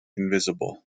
invisible